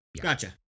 Gotcha